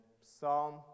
Psalm